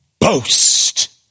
boast